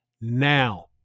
now